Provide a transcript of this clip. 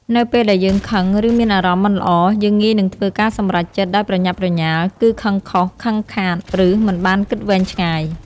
នៅពេលដែលយើងខឹង ឬមានអារម្មណ៍មិនល្អ យើងងាយនឹងធ្វើការសម្រេចចិត្តដោយប្រញាប់ប្រញាល់ គឹខឹងខុស ខឹងខាត ឬមិនបានគិតវែងឆ្ងាយ ។